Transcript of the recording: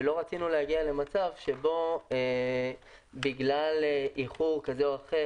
ולא רצינו להגיע למצב שבגלל איחור כזה או אחר,